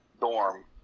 dorm